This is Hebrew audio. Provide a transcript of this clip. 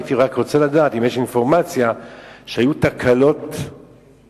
הייתי רק רוצה לדעת אם יש אינפורמציה שהיו תקלות שפגעו